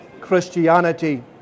Christianity